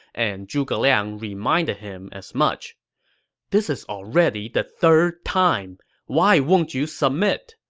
and zhuge liang reminded him as much this is already the third time why won't you submit?